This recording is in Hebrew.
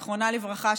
זיכרונה לברכה,